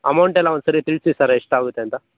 amount ಎಲ್ಲ ಒಂದ್ಸರಿ ತಿಳಿಸಿ ಸರ್ ಎಷ್ಟಾಗುತ್ತೆ ಅಂತ